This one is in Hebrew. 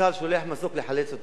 צה"ל שולח מסוק לחלץ אותו.